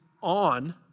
on